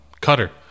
Cutter